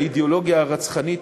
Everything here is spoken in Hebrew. לאידיאולוגיה הרצחנית